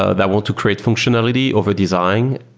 ah that want to create functionality over design.